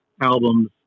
albums